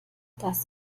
das